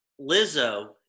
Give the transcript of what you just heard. lizzo